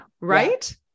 right